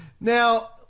Now